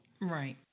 Right